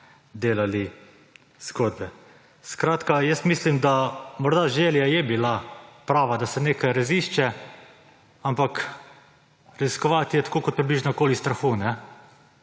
delali zgodbe. Skratka, mislim, da morda želja je bila prava, da se nekaj razišče, ampak raziskovati je tako kot približno okoli strahu: